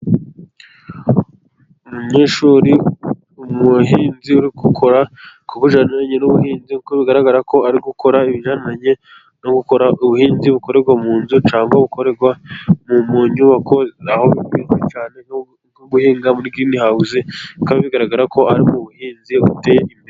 Umuhinzi uri gukora ku bujyanye n'ubuhinzi. Uko bigaragara ko ari ukora ibijyaniranye no gukora ubuhinzi bukorerwa mu nzu cyangwa bukorerwa mu nyubako, aho bizwi cyane nko Aguhinga muri girinihawuzi. Bikaba bigaragara ko ari ubuhinzi buteye imbere.